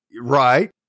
right